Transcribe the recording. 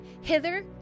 hither